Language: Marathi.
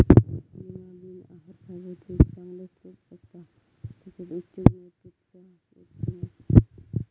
लीमा बीन आहार फायबरचो एक चांगलो स्त्रोत असा त्याच्यात उच्च गुणवत्तेचा प्रोटीन असता